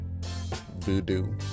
Voodoo